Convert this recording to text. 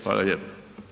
Hvala lijepo.